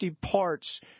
parts